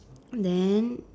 then